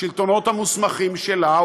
השלטונות המוסמכים שלה,